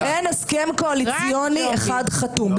לא, אין הסכם קואליציוני אחד חתום.